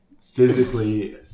physically